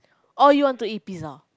oh you want to eat pizza